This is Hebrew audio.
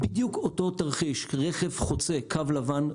ובדיוק אותו תרחיש רכב חוצה קו לבן,